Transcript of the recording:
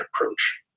approach